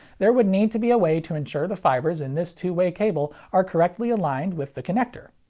there would need to be a way to ensure the fibers in this two-way cable are correctly aligned with the connector.